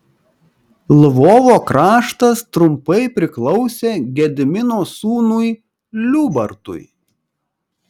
lvovo kraštas trumpai priklausė gedimino sūnui liubartui